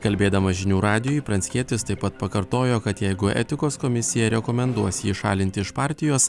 kalbėdamas žinių radijui pranckietis taip pat pakartojo kad jeigu etikos komisija rekomenduos jį šalinti iš partijos